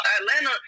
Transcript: Atlanta